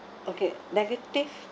okay negative